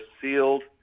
sealed